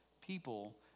people